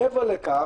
מעבר לכך,